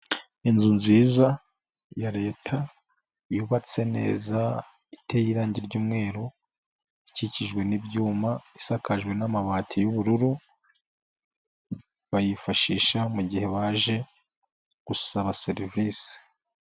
Inzu nziza ya leta yubatse neza iteye irange ry'umweru ikikijwe n'ibyuma isakajwe n'amabati y'ubururu bayifashisha mu gihe baje gusaba serivisi.